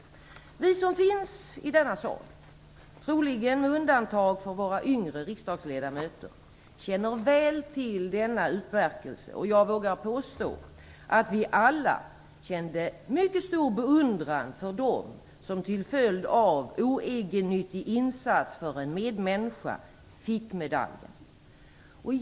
Vi som befinner oss i denna sal, troligen med undantag av våra yngre riksdagsledamöter, känner väl till denna utmärkelse. Jag vågar påstå att vi alla kände mycket stor beundran för dem som till följd av oegennyttig insats för en medmänniska fick medaljen.